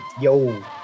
Yo